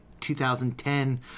2010